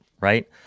Right